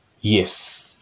Yes